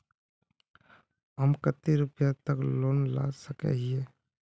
हम कते रुपया तक लोन ला सके हिये?